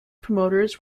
promoters